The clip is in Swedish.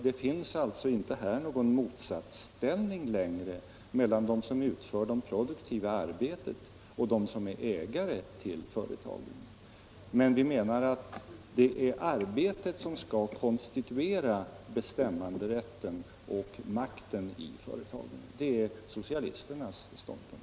Det finns alltså inte där någon motsatsställning längre mellan dem som utför det produktiva arbetet och dem som är ägare till företaget. Men vi menar att det är arbetet som skall konstituera bestämmanderätten och makten i företagen. Det är socialisternas ståndpunkt.